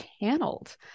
channeled